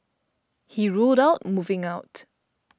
he ruled out moving out